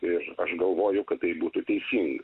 tai aš aš galvoju kad tai būtų teisinga